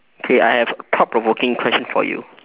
K I have thought provoking question for you